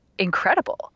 incredible